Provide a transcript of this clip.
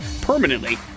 permanently